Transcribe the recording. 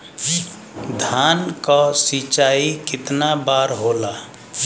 धान क सिंचाई कितना बार होला?